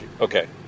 okay